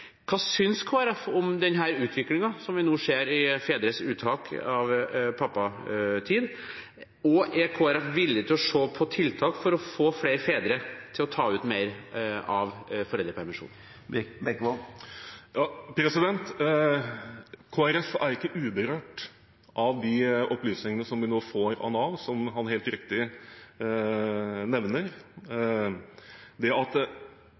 Hva synes Kristelig Folkeparti om den utviklingen vi nå ser i fedres uttak av pappatid? Er Kristelig Folkeparti villig til å se på tiltak for å få flere fedre til å ta ut mer av foreldrepermisjonen? Kristelig Folkeparti er ikke uberørt av de opplysningene vi nå får fra Nav, som representanten helt riktig nevner. Det at